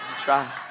Try